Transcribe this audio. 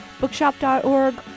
bookshop.org